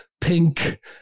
Pink